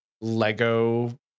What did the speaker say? Lego